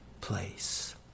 place